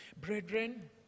Brethren